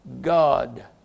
God